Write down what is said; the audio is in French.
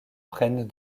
prennent